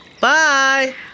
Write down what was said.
Bye